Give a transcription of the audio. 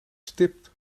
stip